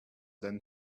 than